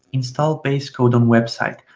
install, base code on website,